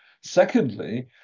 Secondly